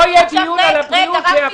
לא יהיה דיון על הבריאות שיהפוך להיות פוליטיקה.